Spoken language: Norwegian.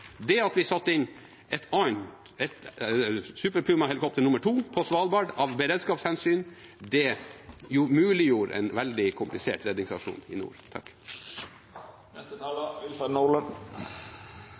Det at vi satte inn et Super Puma-helikopter nummer to på Svalbard av beredskapshensyn, muliggjorde en veldig komplisert redningsaksjon i nord.